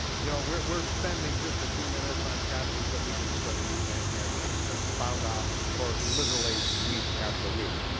you know, we're spending just a few minutes on chapters that we could study and expound on for literally week after week.